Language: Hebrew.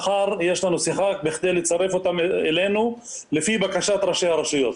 מחר יש לנו שיחה בכדי לצרף אותם אלינו לפי בקשת ראשי הרשויות.